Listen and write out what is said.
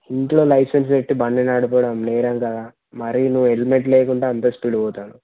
ఇంట్లో లైసెన్స్ పెట్టి బండి నడపడం నేరం కదా మరీ నువ్వు హెల్మెట్ లేకుండా అంత స్పీడ్ పోతున్నావు